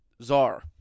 Czar